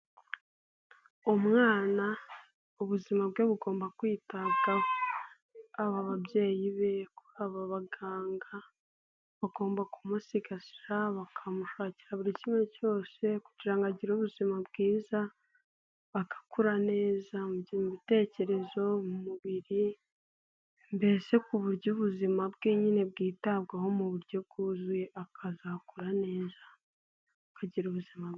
Umwana, ubuzima bwe bugomba kwitabwaho. Haba ababyeyi be, haba abaganga. Bagomba kumusigasira bakamushakira buri kimwe cyose kugira ngo agire ubuzima bwiza. Agakura neza mu bitekerezo, mu mubiri mbese ku buryo ubuzima bwe nyine bwitabwaho mu buryo bwuzuye, akazakura neza akagira ubuzima bwi...